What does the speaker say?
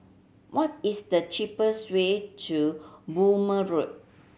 what is the cheapest way to Burmah Road